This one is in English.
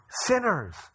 sinners